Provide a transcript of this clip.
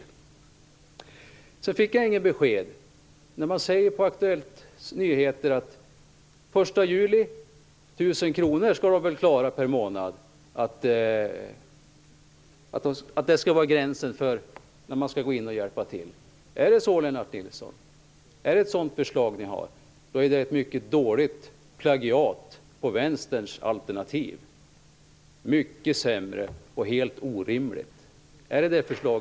Jag fick inte heller något besked när det gäller Aktuellts nyheter, om att man den 1 juli nog skall klara 1 000 kr per månad. Det skall vara gränsen för när vi skall gå in och hjälpa till. Är det så, Lennart Nilsson? Är det ett sådant förslag ni har? Då är det ett mycket dåligt plagiat av Vänsterns alternativ - mycket sämre och helt orimligt. Är det ert förslag?